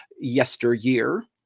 yesteryear